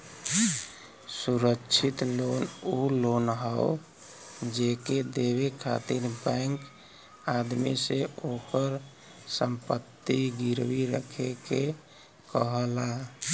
सुरक्षित लोन उ लोन हौ जेके देवे खातिर बैंक आदमी से ओकर संपत्ति गिरवी रखे के कहला